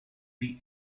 die